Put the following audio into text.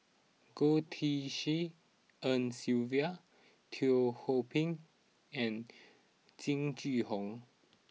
Goh Tshin En Sylvia Teo Ho Pin and Jing Jun Hong